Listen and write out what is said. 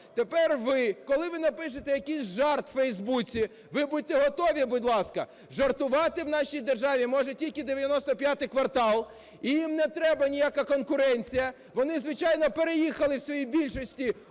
Тепер ви, коли ви напишете якийсь жарт в Фейсбуці, ви будьте готові, будь ласка, жартувати в нашій державі може тільки "95-й квартал" і їм не треба ніяка конкуренція. Вони, звичайно, переїхали в своїй більшості